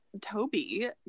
Toby